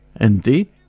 Indeed